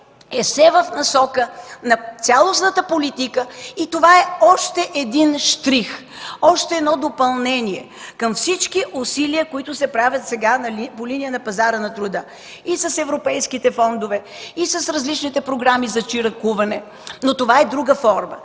все в насока на цялостната политика и това е още един щрих, още едно допълнение към всички усилия, които се правят сега по линия на пазара на труда – и с европейските фондове, и с различните програми за чиракуване, но това е друга форма.